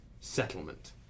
settlement